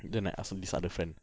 then I asked him this other friend